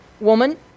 Woman